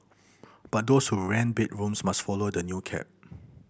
but those who rent bedrooms must follow the new cap